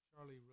Charlie